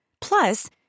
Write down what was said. Plus